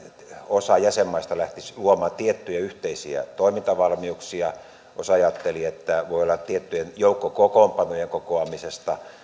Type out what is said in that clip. osa jäsenmaista lähtisi luomaan tiettyjä yhteisiä toimintavalmiuksia osa ajatteli että voi olla kyse tiettyjen joukkokokoonpanojen kokoamisesta